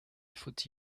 faut